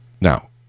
Now